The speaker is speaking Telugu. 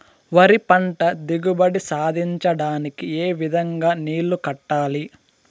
వరి పంట దిగుబడి సాధించడానికి, ఏ విధంగా నీళ్లు కట్టాలి?